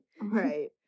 Right